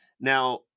Now –